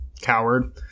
coward